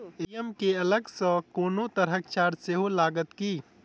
ATM केँ अलग सँ कोनो तरहक चार्ज सेहो लागत की?